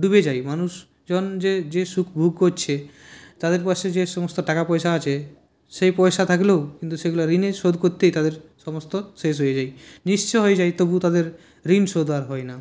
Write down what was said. ডুবে যায় মানুষজন যে যে সুখ ভোগ করছে তাদের কাছে যে সমস্ত টাকা পয়সা আছে সেই পয়সা থাকলেও কিন্তু সেগুলো ঋণে শোধ করতেই তাদের সমস্ত শেষ হয়ে যায় নিঃস্ব হয়ে যায় তবু তাদের ঋণ শোধ আর হয় না